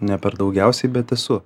neperdaugiausiai bet esu